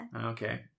okay